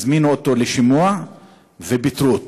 הזמינו אותו לשימוע ופיטרו אותו.